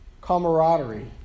camaraderie